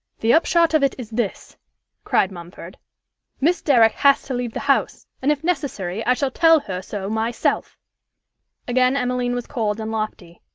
the upshot of it is this cried mumford miss derrick has to leave the house, and, if necessary, i shall tell her so myself again emmeline was cold and lofty.